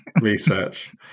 research